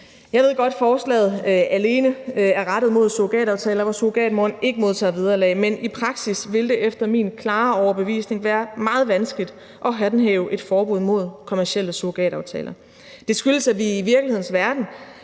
Jeg ved godt, at forslaget alene er rettet mod surrogataftaler, hvor surrogatmoren ikke modtager vederlag, men i praksis vil det efter min klare overbevisning være meget vanskeligt at håndhæve et forbud mod kommercielle surrogataftaler. Det skyldes, at vi i virkelighedens verden